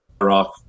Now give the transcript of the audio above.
off